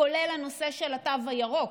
כולל הנושא של התו הירוק.